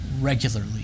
regularly